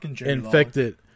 infected